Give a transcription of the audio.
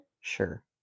sure